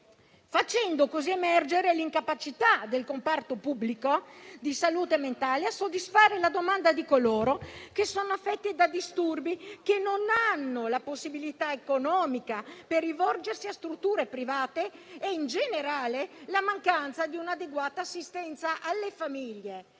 facendo così emergere l'incapacità del comparto pubblico di salute mentale a soddisfare la domanda di coloro che sono affetti da disturbi e che non hanno le possibilità economiche di rivolgersi a strutture private e in generale la mancanza di un'adeguata assistenza alle famiglie;